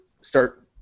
start